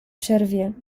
przerwie